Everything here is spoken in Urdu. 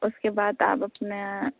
اُس کے بعد آپ اپنا